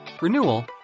renewal